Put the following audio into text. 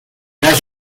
l’âge